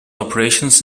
operations